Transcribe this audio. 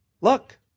look